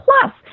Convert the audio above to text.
Plus